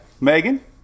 Megan